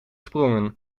sprongen